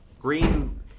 Green